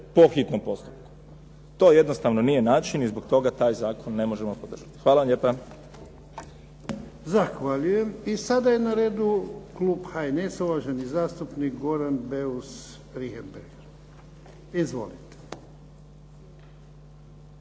po hitnom postupku. To jednostavno nije način i zbog toga taj zakon ne možemo podržati. Hvala vam lijepa.